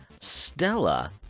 Stella